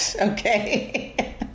Okay